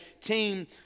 team